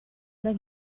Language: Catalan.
dels